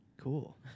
Cool